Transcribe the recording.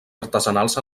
artesanals